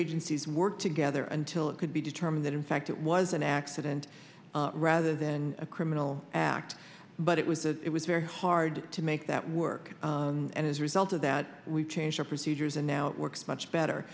agencies work together until it could be determined that in fact it was an accident rather than a criminal act but it was it was very hard to make that work and as a result of that we changed our procedures and now it works much